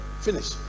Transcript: finish